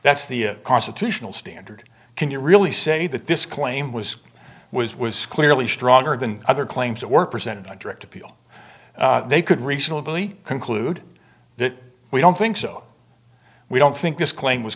that's the constitutional standard can you really say that this claim was was was clearly stronger than the other claims that were presented a direct appeal they could reasonably conclude that we don't think so we don't think this claim was